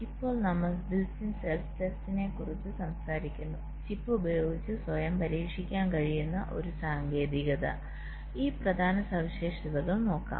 ഇപ്പോൾ നമ്മൾ built in self ടെസ്റ്റിനെ കുറിച്ച് സംസാരിക്കുന്നു ചിപ്പ് ഉപയോഗിച്ച് സ്വയം പരീക്ഷിക്കാൻ കഴിയുന്ന ഒരു സാങ്കേതികത ഈ പ്രധാന സവിശേഷതകൾ നോക്കാം